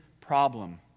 problem